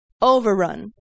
Overrun